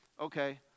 Okay